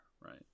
right